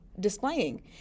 Displaying